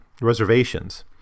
reservations